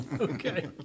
Okay